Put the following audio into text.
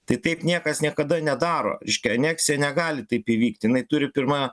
tai taip niekas niekada nedaro reiškia aneksija negali taip įvykti jinai turipirma